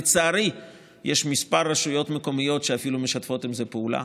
לצערי יש כמה רשויות מקומיות שאפילו משתפות עם זה פעולה,